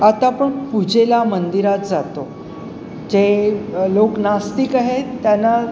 आता आपण पूजेला मंदिरात जातो जे लोक नास्तिक आहेत त्यांना